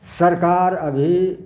सरकार अभी